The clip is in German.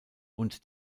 und